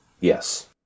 Yes